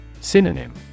Synonym